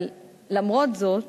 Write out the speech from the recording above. אבל למרות זאת,